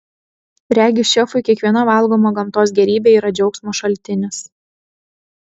regis šefui kiekviena valgoma gamtos gėrybė yra džiaugsmo šaltinis